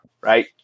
right